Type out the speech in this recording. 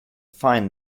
find